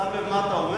אתה שם לב מה אתה אומר?